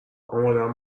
آمادم